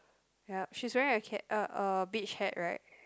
yep she's wearing okay a a beach hat right